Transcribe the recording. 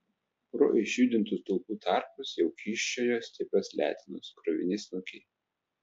pro išjudintų stulpų tarpus jau kyščiojo stiprios letenos kruvini snukiai